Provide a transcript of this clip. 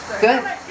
good